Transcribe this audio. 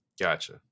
Gotcha